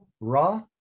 raw